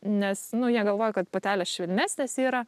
nes nu jie galvoja kad patelės švelnesnės yra